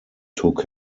took